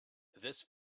this